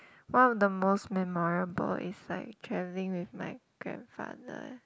one of the most memorable is like travelling with my grandfather